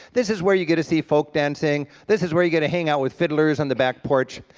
this is where you get to see folk dancing, this is where you get to hang out with fiddler's on the back porch.